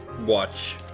watch